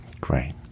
Great